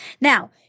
Now